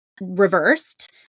reversed